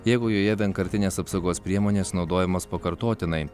jeigu joje vienkartinės apsaugos priemonės naudojamos pakartotinai